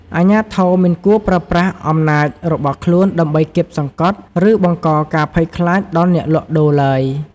អាជ្ញាធរមិនគួរប្រើប្រាស់អំណាចរបស់ខ្លួនដើម្បីគាបសង្កត់ ឬបង្កការភ័យខ្លាចដល់អ្នកលក់ដូរឡើយ។